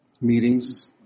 meetings